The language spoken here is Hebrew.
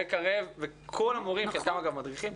קרב יועסקו וכל המורים חלקם מדריכים,